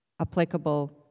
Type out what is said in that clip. applicable